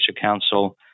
council